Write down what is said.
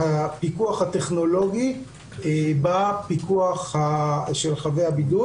הפיקוח הטכנולוגי בפיקוח של חבי הבידוד.